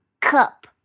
cup